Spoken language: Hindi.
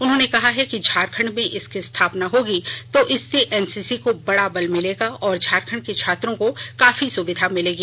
उन्होंने कहा है कि झारखंड में इसकी स्थापना होगी तो इससे एनसीसी को बड़ा बल मिलेगा और झारखंड के छात्रों को काफी सुविधा होगी